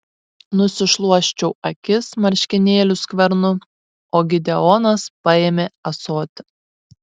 nusišluosčiau akis marškinėlių skvernu o gideonas paėmė ąsotį